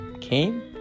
came